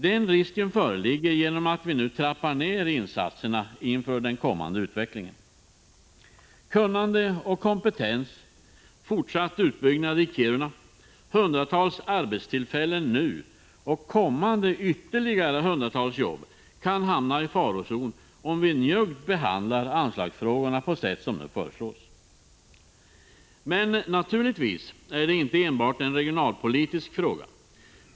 Den risken föreligger genom att vi nu trappar ned insatserna inför den kommande utvecklingen. Kunnande och kompetens, fortsatt utbyggnad i Kiruna, hundratals arbetstillfällen nu och kommande ytterligare hundratals jobb kan hamna i farozonen, om vi njuggt behandlar anslagsfrågorna på sätt som nu föreslås. Naturligtvis är det inte enbart en regionalpolitisk fråga.